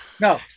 no